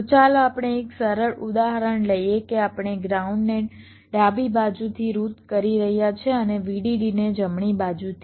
તો ચાલો આપણે એક સરળ ઉદાહરણ લઈએ કે આપણે ગ્રાઉન્ડને ડાબી બાજુથી રૂટ કરી રહ્યા છે અને VDDને જમણી બાજુથી